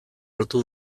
hartu